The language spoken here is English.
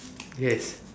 yes